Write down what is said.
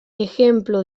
ejemplo